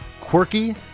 quirky